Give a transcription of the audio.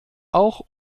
auch